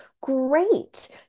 great